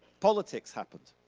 politics happened,